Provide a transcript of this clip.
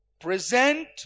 present